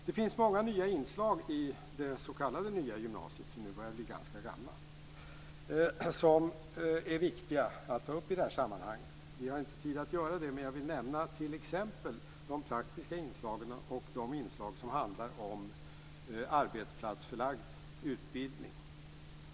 Det finns många nya inslag i det s.k. nya gymnasiet som nu börjar bli ganska gammalt som är viktiga att ta upp i det här sammanhanget. Vi har inte tid att göra det, men jag vill nämna t.ex. de praktiska inslagen och de inslag som handlar om arbetsplatsförlagd utbildning.